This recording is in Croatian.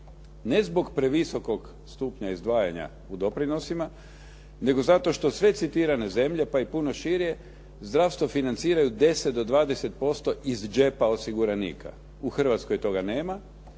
Ne zbog previsokog stupnja izdvajanja u doprinosima, nego zato što sve citirane zemlje, pa i puno šire zdravstvo financiraju 10 do 20% iz džepa osiguranika. U Hrvatskoj toga nema